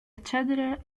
accedere